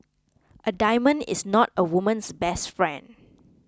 a diamond is not a woman's best friend